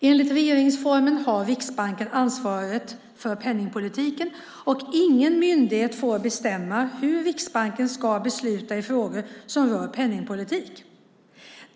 Enligt regeringsformen har Riksbanken ansvaret för penningpolitiken, och ingen myndighet får bestämma hur Riksbanken ska besluta i frågor som rör penningpolitik.